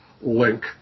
link